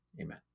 Amen